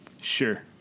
Sure